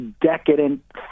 decadent